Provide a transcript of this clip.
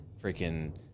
freaking